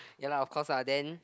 ya lah of course lah then